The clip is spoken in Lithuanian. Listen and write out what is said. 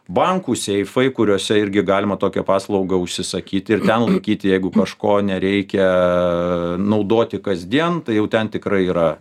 bankų seifai kuriuose irgi galima tokią paslaugą užsisakyti ir ten laikyti jeigu kažko nereikia naudoti kasdien tai jau ten tikrai yra